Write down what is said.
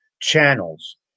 channels